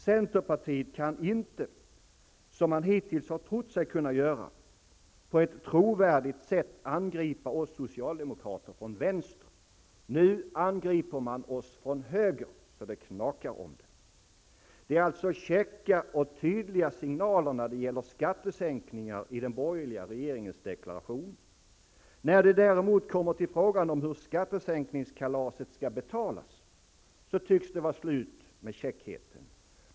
Centerpartiet kan inte -- som man hittills trott sig kunna göra -- på ett trovärdigt sätt angripa oss socialdemokrater från vänster. Nu angriper man oss från höger så att det knakar om det. Det är alltså käcka och tydliga signaler när det gäller skattesänkningar i den borgerliga regeringens deklaration. När man kommer till frågan om hur skattesänkningskalaset skall betalas, tycks det däremot vara slut med käckheten.